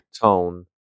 tone